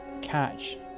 catch